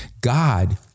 god